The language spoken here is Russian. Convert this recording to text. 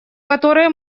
которые